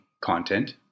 content